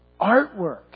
artwork